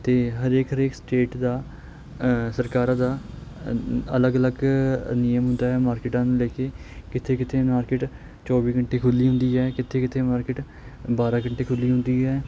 ਅਤੇ ਹਰੇਕ ਹਰੇਕ ਸਟੇਟ ਦਾ ਸਰਕਾਰਾਂ ਦਾ ਅਲੱਗ ਅਲੱਗ ਨਿਯਮ ਹੁੰਦਾ ਹੈ ਮਾਰਕੀਟਾਂ ਨੂੰ ਲੈ ਕੇ ਕਿੱਥੇ ਕਿੱਥੇ ਮਾਰਕੀਟ ਚੌਵੀ ਘੰਟੇ ਖੁੱਲ੍ਹੀ ਹੁੰਦੀ ਹੈ ਕਿੱਥੇ ਕਿੱਥੇ ਮਾਰਕੀਟ ਬਾਰ੍ਹਾਂ ਘੰਟੇ ਖੁੱਲ੍ਹੀ ਹੁੰਦੀ ਹੈ